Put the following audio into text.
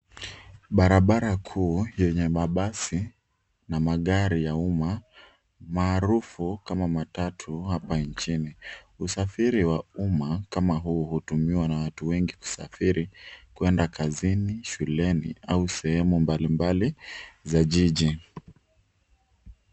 Barabara kuu yenye mabasi na magari ya umma maarufu kama matatu hapa nchini. Usafiri wa umma kama huu hutumiwa na watu wengi kusafiri kuenda kazini, shuleni au sehemu mbalimbali za jiji.